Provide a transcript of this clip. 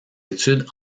études